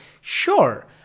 Sure